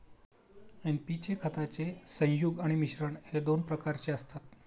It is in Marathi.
एन.पी चे खताचे संयुग आणि मिश्रण हे दोन प्रकारचे असतात